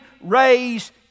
raise